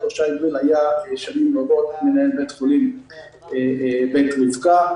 שהיה במשך שנים רבות מנהל בית חולים בית רבקה.